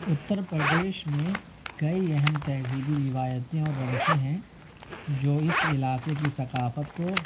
اُتّر پردیش میں کئی اہم تہذیبی روایتیں اور روشیں ہیں جو اس علاقے کی ثقافت کو